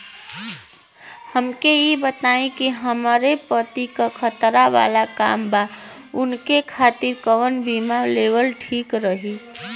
हमके ई बताईं कि हमरे पति क खतरा वाला काम बा ऊनके खातिर कवन बीमा लेवल ठीक रही?